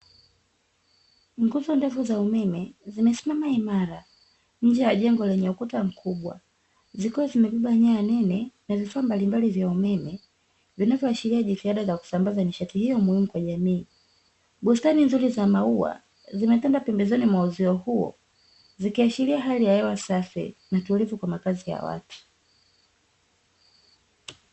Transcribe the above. Nguzo ndefu za umeme zimesimama imara nje ya jengo lenye ukuta mkubwa, zikiwa zimebeba nyaya nene na vifaa mbalimbali vya umeme inayoashiria juhudi za kusambaza nishati hii muhimu kwenye miji, bustani nzuri za maua zimetanda pembezoni mwa uzio huo ikiashiria hali ya hewa safi na tulivu kwa makazi ya watu.